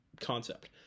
concept